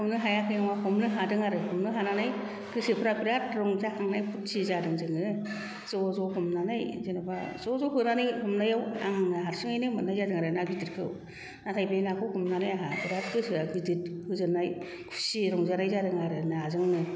हमनो हायाखै नङा हमनो हादों आरो हमनो हानानै गोसोफ्रा बिरिद रंजाखांनाय फुरथि जादों जोङो ज' ज' हमनानै जेन'बा ज' ज' होनानै हमनायाव आंनो हारसिङैनो मोननाय जादों आरो ना गिदिरखौ नाथाय बे नाखौ हमनानै आंहा बिराद गोसोया गिदिर गोजोननाय खुसि रंजानाय जादों आरो नाजोंनो